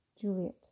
juliet